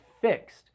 fixed